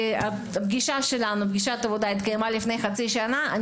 פגישת עבודה שלנו התקיימה לפני חצי שנה.